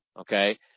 Okay